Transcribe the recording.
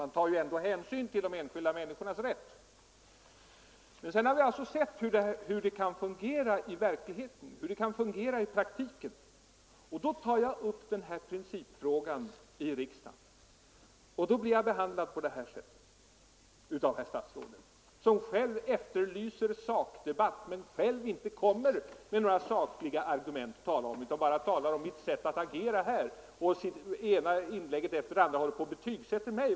Man tar ändå hänsyn till de enskilda människornas rätt. Sedan har vi alltså sett hur det kan fungera i praktiken, och därför har jag tagit upp den här principfrågan i riksdagen. Jag blir då behandlad på det här sättet av herr statsrådet, som själv efterlyser sakdebatt men som själv inte lägger fram några sakliga argument att tala om; han bara betygsätter mitt sätt att agera i det ena inlägget efter det andra.